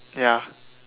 ya